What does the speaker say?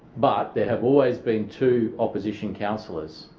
but there have always been two opposition councillors.